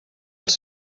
als